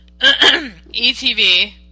etv